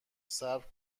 صبر